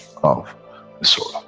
of the soul